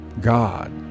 God